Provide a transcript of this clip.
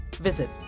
visit